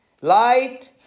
Light